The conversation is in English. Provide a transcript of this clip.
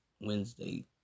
wednesday